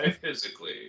Physically